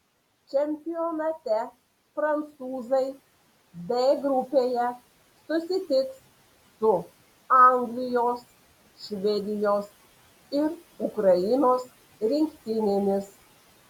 čempionate prancūzai d grupėje susitiks su anglijos švedijos ir ukrainos rinktinėmis